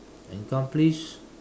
accomplish